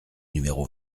numéro